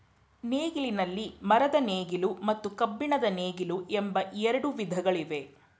ನೇಗಿಲಿನಲ್ಲಿ ಮರದ ನೇಗಿಲು ಮತ್ತು ಕಬ್ಬಿಣದ ನೇಗಿಲು ಎಂಬ ಎರಡು ವಿಧಗಳಿವೆ